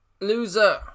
Loser